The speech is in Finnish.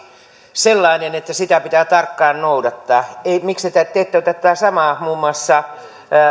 sellainen että sitä pitää tarkkaan noudattaa miksi te te ette tee tätä samaa muun muassa